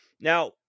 Now